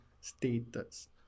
status